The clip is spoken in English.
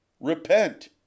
Repent